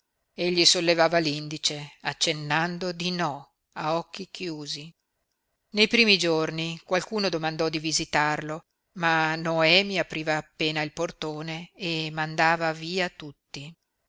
sollevava l'indice accennando di no a occhi chiusi nei primi giorni qualcuno domandò di visitarlo ma noemi apriva appena il portone e mandava via tutti